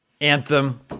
Anthem